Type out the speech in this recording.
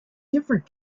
different